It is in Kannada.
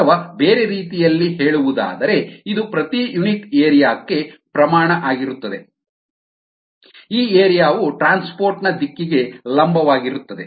ಅಥವಾ ಬೇರೆ ರೀತಿಯಲ್ಲಿ ಹೇಳುವುದಾದರೆ ಇದು ಪ್ರತಿ ಯೂನಿಟ್ ಏರಿಯಾ ಕ್ಕೆ ಪ್ರಮಾಣ ಆಗಿರುತ್ತದೆ ಈ ಏರಿಯಾ ವು ಟ್ರಾನ್ಸ್ಪೋರ್ಟ್ ನ ದಿಕ್ಕಿಗೆ ಲಂಬವಾಗಿರುತ್ತದೆ